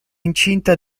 incinta